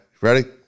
Ready